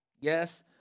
Yes